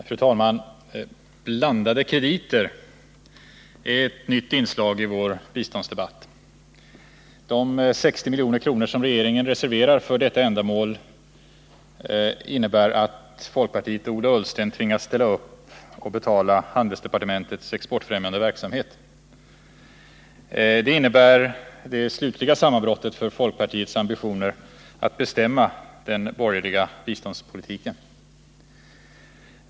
Fru talman! ”Blandade krediter” är ett nytt inslag i vår biståndsdebatt. Att regeringen öronmärker 60 milj.kr. för detta ändamål innebär att Ola Ullsten tvingas ställa upp och betala handelsdepartementets exportfrämjande verksamhet. Det innebär också det slutliga sammanbrottet för folkpartiets ambitioner att bestämma den borgerliga biståndspolitiken.